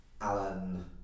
Alan